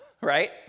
right